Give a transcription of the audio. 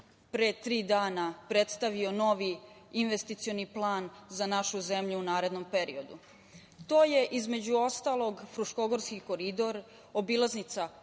pre tri dana predstavio, novi investicioni plan za našu zemlju u narednom periodu. To je između ostalog „Fruškogorski koridor“, obilaznica